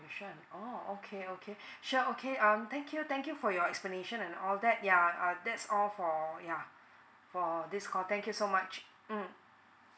oh okay okay sure okay um thank you thank you for your explanation and all that yeah err that's all for yeah for this call thank you so much mm